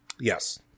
Yes